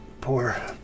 Poor